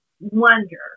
wonder